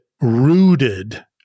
rooted